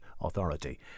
Authority